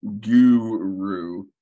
guru